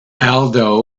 aldo